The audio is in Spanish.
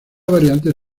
variante